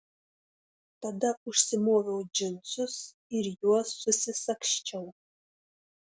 tada užsimoviau džinsus ir juos susisagsčiau